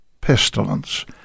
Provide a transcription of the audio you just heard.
pestilence